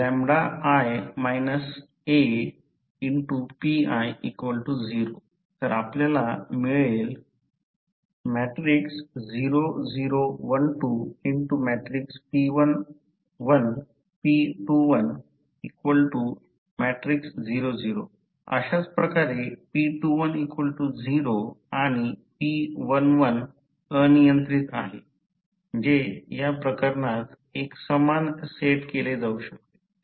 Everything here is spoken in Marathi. iI Api0 तर आपल्याला मिळेल अशाच प्रकारे p210 आणि p11अनियंत्रित आहे जे या प्रकरणात 1 समान सेट केले जाऊ शकते